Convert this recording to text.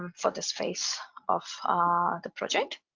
for this phase of the project.